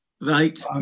Right